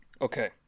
okay